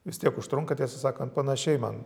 vis tiek užtrunka tiesą sakant panašiai man